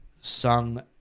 sung